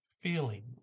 feeling